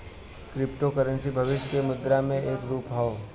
crypto currency भविष्य के मुद्रा क एक रूप हौ